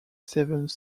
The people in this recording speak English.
seventh